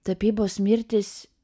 tapybos mirtys